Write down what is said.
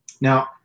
Now